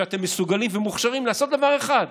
שאתם מסוגלים ומוכשרים לעשות דבר אחד: